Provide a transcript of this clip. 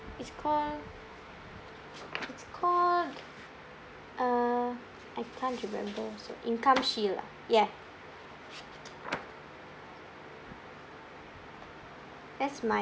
it's called it's called uh I can't remember so income shield ah yeah that's my